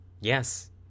Yes